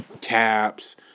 caps